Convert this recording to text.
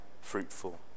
fruitful